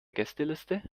gästeliste